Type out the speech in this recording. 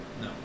No